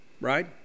Right